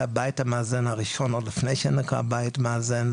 הבית המאזן הראשון עוד לפני שנקרא בית מאזן,